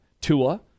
Tua